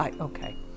okay